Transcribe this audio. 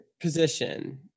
position